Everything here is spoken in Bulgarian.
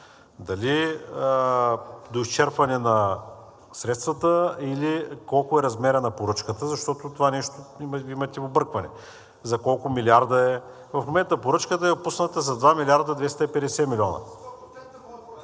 дали до изчерпване на средствата, или колко е размерът на поръчката, защото по това нещо имате объркване за колко милиарда е. В момента поръчката е опусната за 2 млрд. 250 млн.